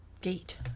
gate